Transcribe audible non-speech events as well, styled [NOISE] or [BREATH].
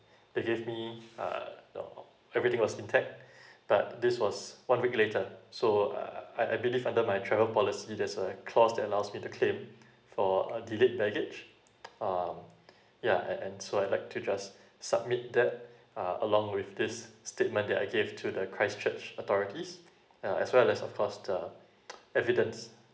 [BREATH] they gave me uh the everything was intact [BREATH] but this was one week later so uh I I believe under my travel policy there's a clause that allows me to claim [BREATH] for a delayed baggage um yeah and and so I'd like to just [BREATH] submit that [BREATH] uh along with this statement that I gave to the christchurch authorities uh as well as of course the evidence